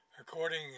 According